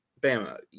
Bama